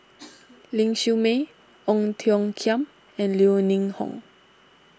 Ling Siew May Ong Tiong Khiam and Yeo Ning Hong